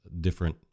different